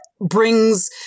brings